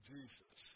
Jesus